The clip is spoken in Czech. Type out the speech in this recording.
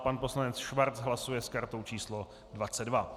Pan poslanec Schwarz hlasuje s kartou číslo 22.